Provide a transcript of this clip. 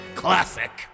classic